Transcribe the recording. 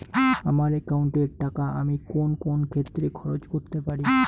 আমার একাউন্ট এর টাকা আমি কোন কোন ক্ষেত্রে খরচ করতে পারি?